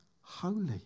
holy